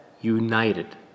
united